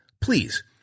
Please